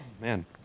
man